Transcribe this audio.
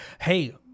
Hey